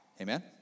Amen